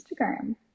Instagram